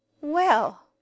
Well